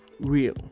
real